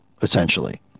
essentially